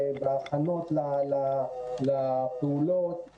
ההכנות לפעולות,